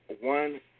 one